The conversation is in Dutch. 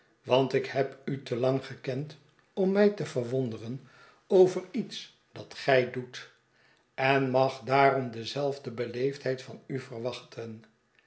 want ik heb u te lang gekend om mij te verwonderen over iets dat gij doet en mag daarom dezelfde beleefdheid van u verwachten